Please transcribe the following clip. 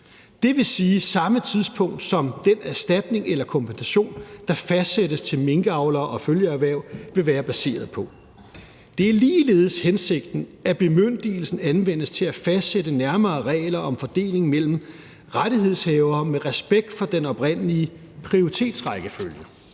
det vil sige samme tidspunkt, som den erstatning eller kompensation, der fastsættes til minkavlere og følgeerhverv, vil være baseret på. Det er ligeledes hensigten, at bemyndigelsen anvendes til at fastsætte nærmere regler om fordeling mellem rettighedshavere med respekt for den oprindelige prioritetsrækkefølge.